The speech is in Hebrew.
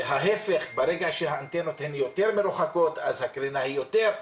להפך כשהאנטנות יותר רחוקות הקרינה יותר גדולה.